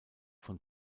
von